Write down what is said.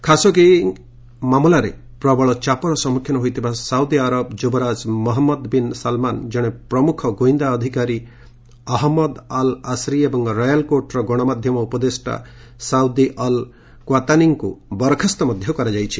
Khashoggi ମାମଲାରେ ପ୍ରବଳ ଚାପର ସମ୍ମୁଖୀନ ହୋଇଥିବା ସାଉଦି ଆରବ ଯୁବରାଜ ମହମ୍ମଦ ବିନ୍ ସଲମାନ ଜଣେ ପ୍ରମୁଖ ଗୁଇନ୍ଦା ଅଧିକାରୀ ଅହମ୍ମଦ ଅଲ୍ ଆସିରି ଏବଂ ରୟାଲ୍ କୋର୍ଟର ଗଣମାଧ୍ୟମ ଉପଦେଷ୍ଟା ସାଉଦି ଅଲ୍ କ୍ୱାତାନିଙ୍କୁ ବରଖାସ୍ତ କରିଛନ୍ତି